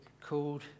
called